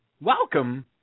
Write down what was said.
welcome